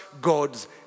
God's